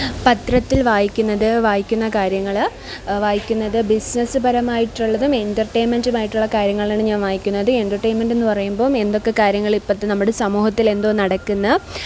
പത്രത്തിൽ വായിക്കുന്നത് വായിക്കുന്ന കാര്യങ്ങൾ വായിക്കുന്നത് ബിസിനസ്സ് പരമായിട്ടുള്ളതും എൻറ്റർറ്റെയിൻമെൻറ്റുമായിട്ടുള്ള കാര്യങ്ങളാണ് ഞാൻ വായിക്കുന്നത് എൻറ്റർറ്റെയിൻമെൻറ്റെന്ന് പറയുമ്പം എന്തൊക്കെ കാര്യങ്ങൾ ഇപ്പോഴത്തെ നമ്മുടെ സമൂഹത്തിലെന്തോ നടക്കുന്ന